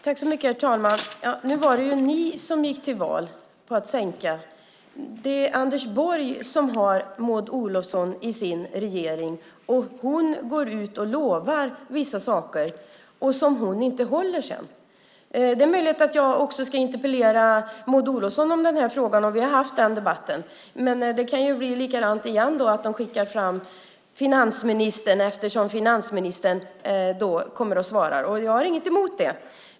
Herr talman! Nu var det ju ni som gick till val på att sänka. Det är Anders Borg som har Maud Olofsson i sin regering, och hon går ut och lovar vissa saker som hon inte håller sedan. Det är möjligt att jag ska interpellera Maud Olofsson också i den här frågan. Vi har fört den debatten. Men det kan ju bli likadant igen - att ni skickar fram finansministern och att han kommer och svarar. Jag har inget emot det.